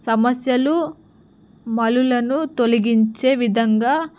సమస్యలు మనలను తొలగించే విధంగా